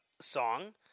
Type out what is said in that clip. song